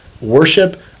worship